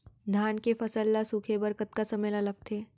धान के फसल ल सूखे बर कतका समय ल लगथे?